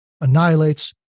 annihilates